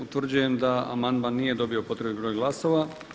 Utvrđujem da amandman nije dobio potrebit broj glasova.